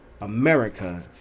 America